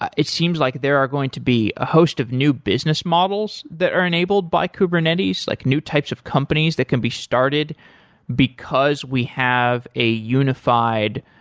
it seems like there are going to be a host of new business models that are enabled by kubernetes, like new types of companies that can be started because we have a unified,